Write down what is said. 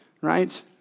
right